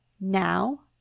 now